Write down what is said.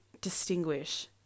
distinguish